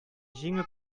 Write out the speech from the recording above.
җиңү